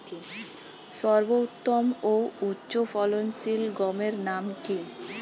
সর্বোত্তম ও উচ্চ ফলনশীল গমের নাম কি?